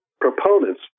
proponents